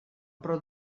però